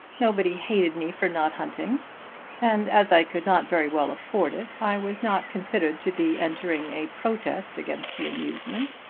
nobody hated me for not hunting and as i could not very well afford it, i was not considered to be entering a protest against the amusement.